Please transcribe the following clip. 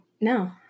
No